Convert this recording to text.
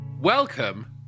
Welcome